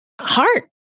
heart